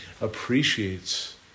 appreciates